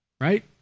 right